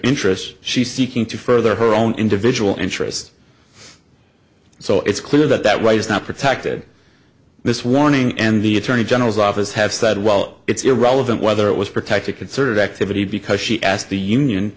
interest she's seeking to further her own individual interest so it's clear that that right is not protected this warning and the attorney general's office have said well it's irrelevant whether it was protected could sort of activity because she asked the union